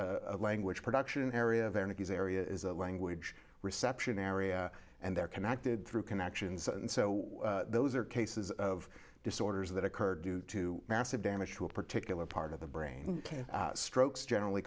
a language production area of energies area is a language reception area and they're connected through connections and so those are cases of disorders that occur due to massive damage to a particular part of the brain and strokes generally